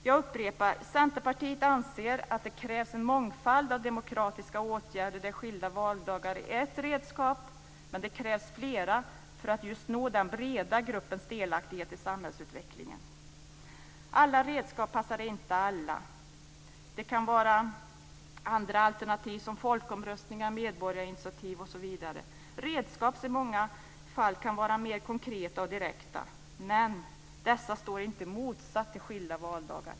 Jag upprepar att Centerpartiet anser att det krävs en mångfald av demokratiska åtgärder där skilda valdagar är ett redskap, men det krävs flera för att just nå den breda gruppens delaktighet i samhällsutvecklingen. Alla redskap passar inte alla. Det kan vara andra alternativ, som folkomröstningar, medborgarinitiativ osv. - redskap som i många fall kan vara mer konkreta och direkta. Men dessa står inte i motsats till skilda valdagar.